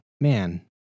man